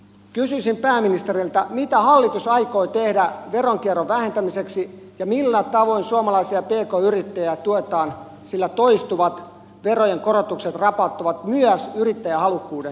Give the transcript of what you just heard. kysyisin pääministeriltä mitä hallitus aikoo tehdä veronkierron vähentämiseksi ja millä tavoin suomalaisia pk yrittäjiä tuetaan sillä toistuvat verojen korotukset rapauttavat myös yrittäjähalukkuuden suomessa